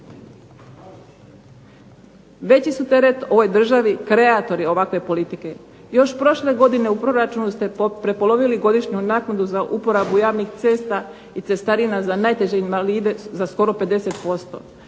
Veći su teret ovoj državi kreatori ovakve politike. Još prošle godine u proračunu ste prepolovili godišnju naknadu za uporabu javnih cesta i cestarina za najteže invalide za skoro 50%.